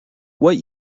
what